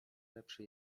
lepszy